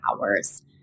hours